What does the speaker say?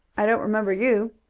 i don't remember you,